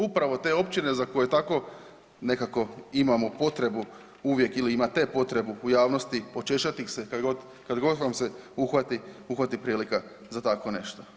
Upravo te općine za koje tako nekako imamo potrebu uvijek ili imate potrebu u javnosti očešati ih se kad god vam se uhvati prilika za tako nešto.